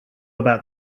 about